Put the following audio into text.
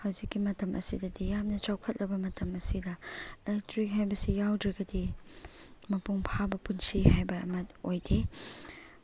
ꯍꯧꯖꯤꯛꯀꯤ ꯃꯇꯝ ꯑꯁꯤꯗꯗꯤ ꯌꯥꯝꯅ ꯆꯥꯎꯈꯠꯂꯕ ꯃꯇꯝ ꯑꯁꯤꯗ ꯑꯦꯂꯦꯛꯇ꯭ꯔꯤꯛ ꯍꯥꯏꯕꯁꯤ ꯌꯥꯎꯗ꯭ꯔꯒꯗꯤ ꯃꯄꯨꯡ ꯐꯥꯕ ꯄꯨꯟꯁꯤ ꯍꯥꯏꯕ ꯑꯃ ꯑꯣꯏꯗꯦ